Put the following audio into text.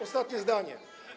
Ostatnie zdanie.